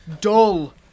dull